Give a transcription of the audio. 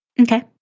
Okay